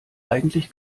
eigentlich